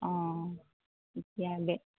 অঁ এতিয়া দে